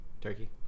Turkey